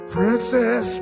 Princess